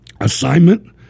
Assignment